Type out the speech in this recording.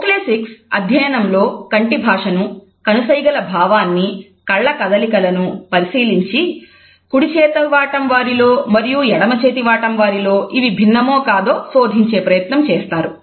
oculesics అధ్యయనంలో కంటి భాషను కనుసైగల భావాన్ని కళ్ళ కదలికలను పరిశీలించి కుడిచేతివాటం వారిలో మరియు ఎడమచేతివాటం వారి లో ఇవి భిన్నము కాదో శోధించే ప్రయత్నం చేస్తారు